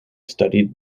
studied